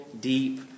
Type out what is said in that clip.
deep